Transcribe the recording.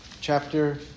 chapter